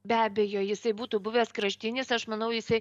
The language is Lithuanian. be abejo jisai būtų buvęs kraštinis aš manau jisai